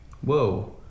Whoa